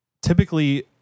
typically